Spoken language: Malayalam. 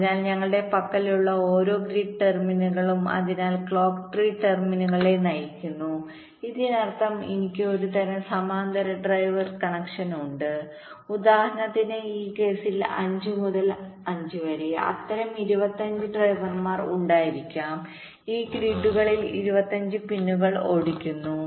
അതിനാൽ ഞങ്ങളുടെ പക്കലുള്ള ഓരോ ഗ്രിഡ് ടെർമിനലുകളും അതിനാൽ ക്ലോക്ക് ട്രീ ഈ ടെർമിനലുകളെ നയിക്കുന്നു ഇതിനർത്ഥം എനിക്ക് ഒരുതരം സമാന്തര ഡ്രൈവർ കണക്ഷൻ ഉണ്ട് ഉദാഹരണത്തിന് ഈ കേസിൽ 5 മുതൽ 5 വരെ അത്തരം 25 ഡ്രൈവർമാർ ഉണ്ടായിരിക്കാം ഈ ഗ്രിഡുകളിൽ 25 പിന്നുകൾ ഓടിക്കുന്നു